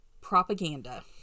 propaganda